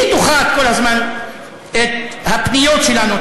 היא דוחה כל הזמן את הפניות שלנו,